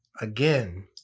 again